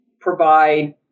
provide